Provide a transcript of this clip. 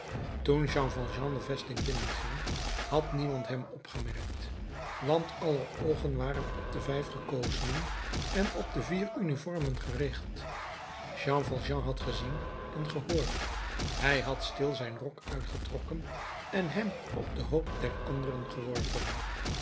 toen jean valjean de vesting binnenging had niemand hem opgemerkt want aller oogen waren op de vijf gekozenen en op de vier uniformen gericht jean valjean had gezien en gehoord hij had stil zijn rok uitgetrokken en hem op den hoop der anderen geworpen